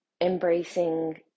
embracing